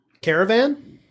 Caravan